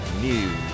News